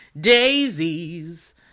Daisies